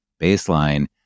baseline